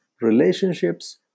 relationships